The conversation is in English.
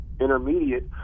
intermediate